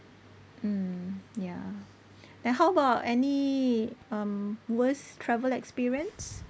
mm ya then how about any um worst travel experience